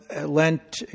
Lent